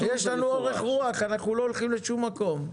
אנחנו לא הולכים לשום מקום.